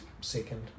second